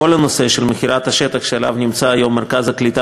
כל הנושא של מכירת השטח שעליו נמצא היום מרכז הקליטה